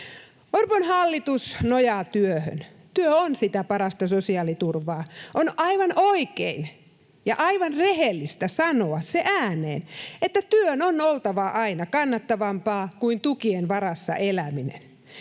Orvon hallitus nojaa työhön. Työ on sitä parasta sosiaaliturvaa. On aivan oikein ja aivan rehellistä sanoa ääneen se, että työn on oltava aina kannattavampaa kuin tukien varassa eläminen.